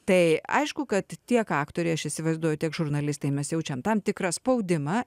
tai aišku kad tiek aktoriai aš įsivaizduoju tiek žurnalistai mes jaučiam tam tikrą spaudimą